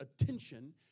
attention